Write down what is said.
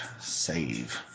save